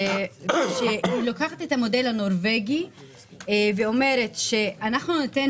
שלוקחת את המודל הנורבגי ואומרת אנחנו ניתן